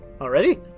Already